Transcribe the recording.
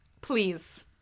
Please